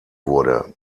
wurde